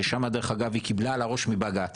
ששמה דרך אגב היא קיבלה על הראש מבג"צ,